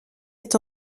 est